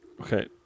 Okay